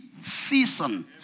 season